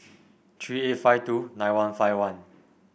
three eight five two nine one five one